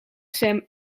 sem